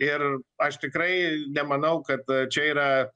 ir aš tikrai nemanau kad čia yra